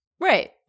Right